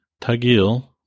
Tagil